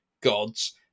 gods